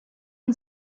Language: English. and